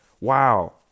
Wow